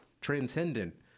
transcendent